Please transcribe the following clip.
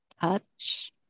touch